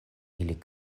ili